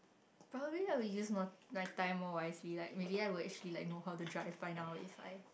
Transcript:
probably I will use more my time more wisely like maybe I would actually like know how to drive by now if I